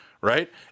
right